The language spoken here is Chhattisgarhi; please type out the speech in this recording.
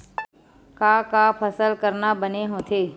का का फसल करना बने होथे?